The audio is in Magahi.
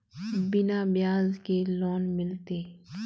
बिना ब्याज के लोन मिलते?